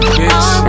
bitch